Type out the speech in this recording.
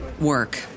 work